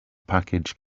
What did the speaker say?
package